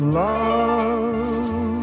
love